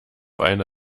eine